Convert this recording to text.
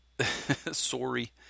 Sorry